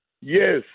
yes